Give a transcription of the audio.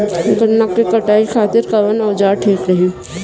गन्ना के कटाई खातिर कवन औजार ठीक रही?